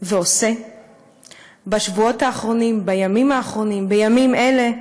ועושה בשבועות האחרונים, בימים האחרונים,